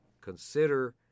consider